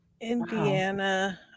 indiana